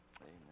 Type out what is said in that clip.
Amen